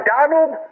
Donald